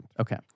Okay